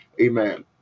Amen